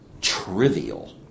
trivial